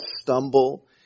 stumble